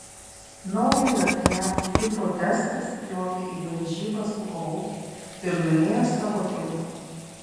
naujojo fiat tipo testas spjovė į varžybas su golf ir nuėjo savo keliu